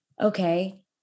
okay